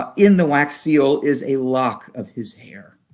ah in the wax seal is a lock of his hair.